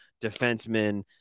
defensemen